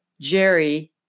Jerry